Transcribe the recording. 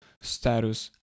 status